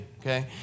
okay